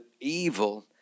evil